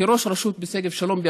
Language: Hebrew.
כראש רשות שגב שלום,